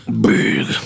Big